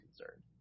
concerned